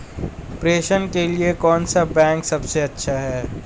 प्रेषण के लिए कौन सा बैंक सबसे अच्छा है?